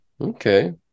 Okay